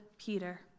Peter